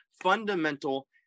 fundamental